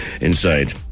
inside